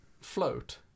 float